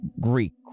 Greek